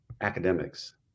academics